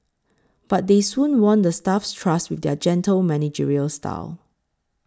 but they soon won the staff's trust with their gentle managerial style